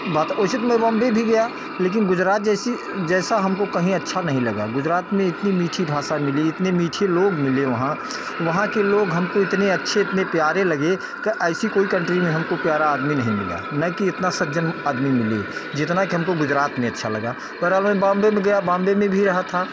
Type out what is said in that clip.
बात वासी तो मैं बॉम्बे भी गया लेकिन गुजरात जैसी जैसा हमको कहीं अच्छा नहीं लगा गुजरात में इतनी मीठी भाषा मिली इतनी मीठी लोग मिले वहाँ वहाँ के लोग हमको इतने अच्छे इतने प्यारे लगे कि ऐसी कोई कंट्री में हमको प्यार आदमी नहीं मिला ना कि इतना सज्जन आदमी मिले जितना कि हमको गुजरात में अच्छा लगा पर अब मैं बोम्बे में गया बोम्बे में भी रहा था